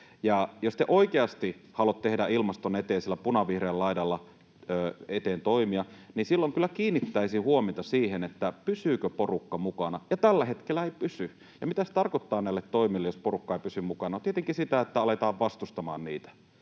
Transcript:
Jos te oikeasti haluatte tehdä ilmaston eteen toimia siellä punavihreällä laidalla, niin silloin kyllä kiinnittäisin huomiota siihen, pysyykö porukka mukana. Tällä hetkellä ei pysy, ja mitä se tarkoittaa näille toimille, jos porukka ei pysy mukana? No tietenkin sitä, että aletaan vastustamaan niitä.